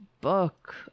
book